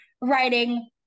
writing